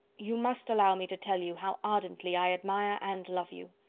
you must allow me to tell you how ardently i admire and love you.